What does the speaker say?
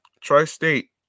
Tri-State